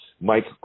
Mike